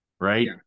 right